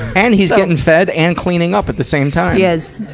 and he's getting fed and cleaning up at the same time. yes.